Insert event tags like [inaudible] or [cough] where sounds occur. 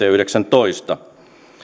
[unintelligible] ja yhdeksäntoista